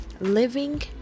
living